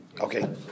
Okay